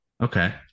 Okay